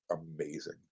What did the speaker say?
amazing